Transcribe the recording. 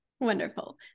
Wonderful